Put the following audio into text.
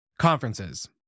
Conferences